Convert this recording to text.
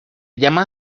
llama